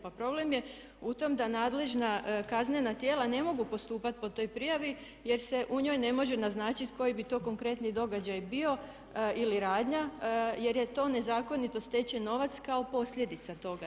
Pa problem je u tom da nadležna kaznena tijela ne mogu postupati po toj prijavi jer se u njoj ne može naznačiti koji bi to konkretni događaj bio ili radnja jer je to nezakonito stečen novac kao posljedica toga.